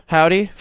Howdy